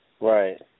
Right